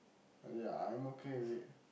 really ah I'm okay with it